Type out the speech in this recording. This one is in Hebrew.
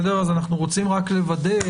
אנחנו רוצים רק לוודא